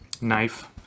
knife